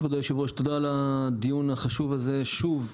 כבוד היושב ראש, תודה על הדיון החשוב הזה, שוב.